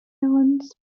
islands